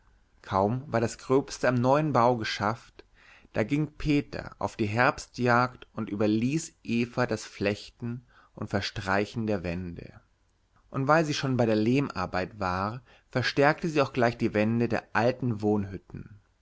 kaum war das gröbste am neuen bau geschafft da ging peter auf die herbstjagd und überließ eva das flechten und verstreichen der wände und weil sie schon bei der lehmarbeit war verstärkte sie auch gleich die wände der alten